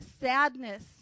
sadness